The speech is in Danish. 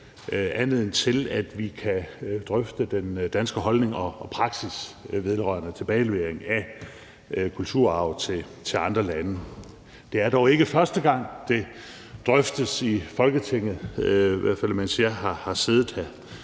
anledning til, at vi kan drøfte den danske holdning og praksis vedrørende tilbagelevering af kulturarv til andre lande. Det er dog ikke første gang, det drøftes i Folketinget, i hvert fald mens jeg har siddet her.